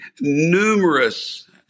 numerous